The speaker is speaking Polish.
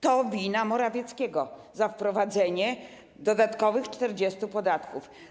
To wina Morawieckiego - wprowadzenie dodatkowych 40 podatków.